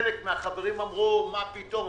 חלק מן החברים אמרו: מה פתאום?